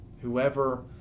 whoever